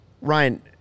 Ryan